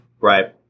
Right